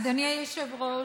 אדוני היושב-ראש,